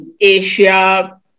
Asia